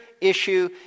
issue